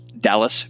Dallas